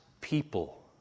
people